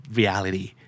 reality